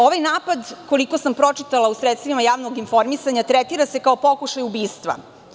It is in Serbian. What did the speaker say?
Ovaj napad, koliko sam pročitala u sredstvima javnog informisanja, tretira se kao pokušaj ubistva.